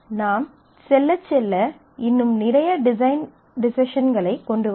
நாம் செல்லச் செல்ல இன்னும் நிறைய டிசைன் டெஸிஸன்களைக் கொண்டு வருவோம்